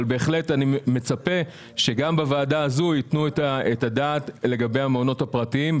אבל בהחלט אני מצפה שגם בוועדה הזו יתנו את הדעת לגבי המעונות הפרטיים,